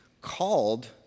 called